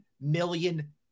million